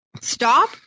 stop